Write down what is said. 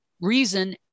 reason